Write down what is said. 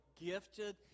gifted